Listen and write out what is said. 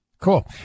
Cool